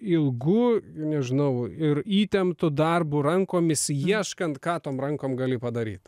ilgu nežinau ir įtemptu darbu rankomis ieškant ką tom rankom gali padaryt